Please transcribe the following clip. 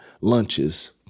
lunches